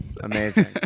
amazing